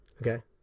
Okay